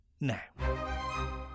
Now